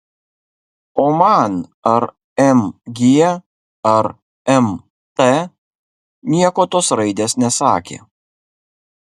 o man ar mg ar mt nieko tos raidės nesakė